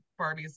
Barbies